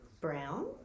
Brown